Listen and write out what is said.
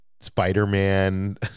spider-man